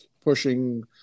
pushing